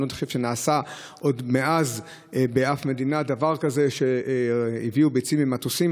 ואני לא חושב שנעשה בשום מדינה דבר כזה שהביאו ביצים במטוסים,